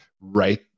right